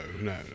no